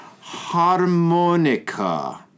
Harmonica